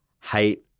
hate